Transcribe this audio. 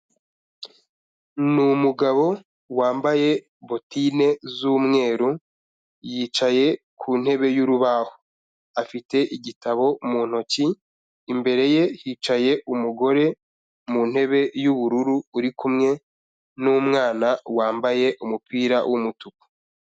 Ni umugabo wambaye butine z'umweru, yicaye ku ntebe y'urubaho. Afite igitabo mu ntoki, imbere ye hicaye umugore mu ntebe y'ubururu uri kumwe n'umwana wambaye umupira w'umutuku.